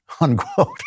Unquote